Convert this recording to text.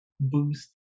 Boost